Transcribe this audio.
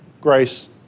grace